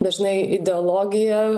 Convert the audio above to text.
dažnai ideologija